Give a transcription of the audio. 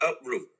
uproot